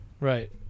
Right